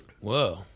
Whoa